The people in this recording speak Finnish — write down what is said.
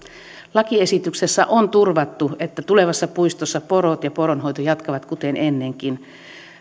lakiesityksessä on turvattu että tulevassa puistossa porot ja poronhoito jatkavat kuten ennenkin